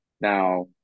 Now